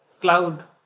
cloud